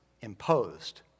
imposed